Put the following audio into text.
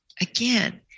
again